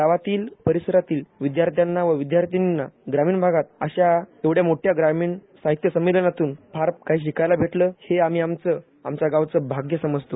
गावातील परिसातील विद्यार्थी व विद्यार्थींनीना ग्रामीण भागात अशा ऐवढा मोठ्या ग्रामीण साहित्य संमेलनातून फार शिकायला भेटलं हे आम्ही आमचं आमच्या गावचं भाग्य समजतो